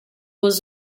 was